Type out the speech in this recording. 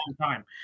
time